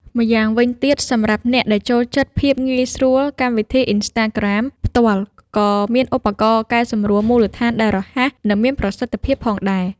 ម្យ៉ាងវិញទៀត សម្រាប់អ្នកដែលចូលចិត្តភាពងាយស្រួល កម្មវិធី អ៊ីនស្តាក្រាម ផ្ទាល់ក៏មានឧបករណ៍កែសម្រួលមូលដ្ឋានដែលរហ័ស និងមានប្រសិទ្ធភាពផងដែរ។